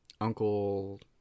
Uncle